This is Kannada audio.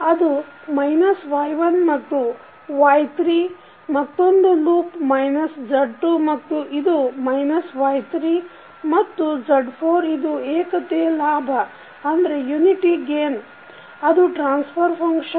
ಅದು ಮೈನಸ್ Y1 ಮತ್ತು Y3 ಮತ್ತೊಂದು ಲೂಪ್ ಮೈನಸ್ Z2 ಮತ್ತು ಇದು ಮೈನಸ್ Y3 ಮತ್ತೆ Z4 ಇದು ಏಕತೆ ಲಾಭ ಅದು ಟ್ರಾನ್ಸಫರ್ ಫಂಕ್ಷನ್